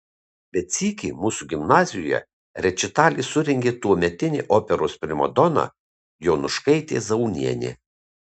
bet sykį mūsų gimnazijoje rečitalį surengė tuometinė operos primadona jonuškaitė zaunienė